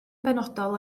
benodol